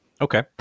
Okay